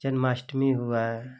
जन्माष्टमी हुआ